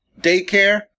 Daycare